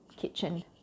kitchen